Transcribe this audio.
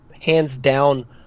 hands-down